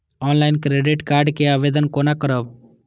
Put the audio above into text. Online credit card के आवेदन कोना करब?